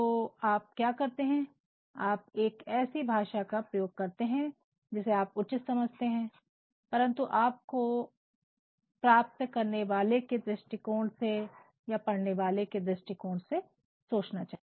तो आप क्या करते हैं कि आप एक ऐसी भाषा का प्रयोग करते हैं जिसे आप उचित समझते हैं परंतु आपको प्राप्त करने वाले के दृष्टिकोण से या पढ़ने वाले के दृष्टिकोण से सोचना चाहिए